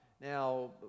Now